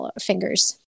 fingers